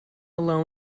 alone